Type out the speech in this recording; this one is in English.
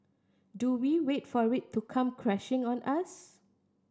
do we wait for it to come crashing on us